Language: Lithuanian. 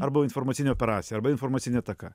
arba informacinė operacija arba informacinė ataka